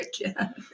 again